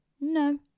No